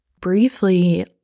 briefly